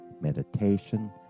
meditation